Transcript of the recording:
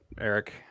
Eric